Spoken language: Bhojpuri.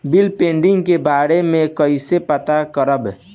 बिल पेंडींग के बारे में कईसे पता करब?